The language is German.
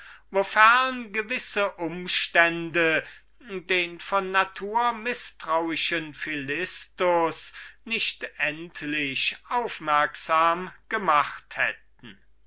dion eingingen den von natur mißtrauischen philistus endlich aufmerksam gemacht hätten